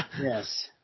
yes